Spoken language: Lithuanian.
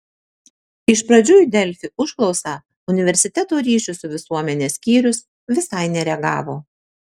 iš pradžių į delfi užklausą universiteto ryšių su visuomene skyrius visai nereagavo